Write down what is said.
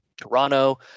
Toronto